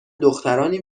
دخترانی